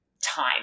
time